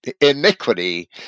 iniquity